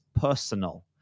personal